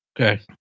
Okay